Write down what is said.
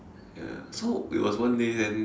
ya so it was one day then